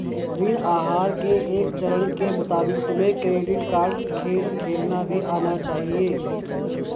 ऋण आहार के एक चरण के मुताबिक तुम्हें क्रेडिट कार्ड खेल खेलना भी आना चाहिए